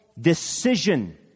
decision